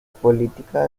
política